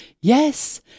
Yes